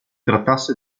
trattasse